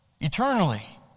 eternally